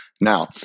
Now